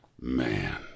man